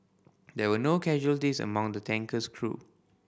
there were no casualties among the tanker's crew